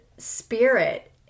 Spirit